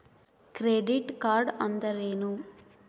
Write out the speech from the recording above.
Credit card ಅಂದ್ರೇನು?